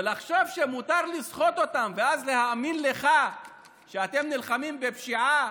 ולחשוב שמותר לסחוט אותם ואז להאמין לך שאתם נלחמים בפשיעה,